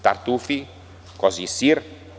Tartufi, kozji sir.